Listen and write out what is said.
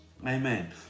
Amen